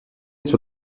sur